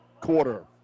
quarter